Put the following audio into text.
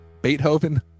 Beethoven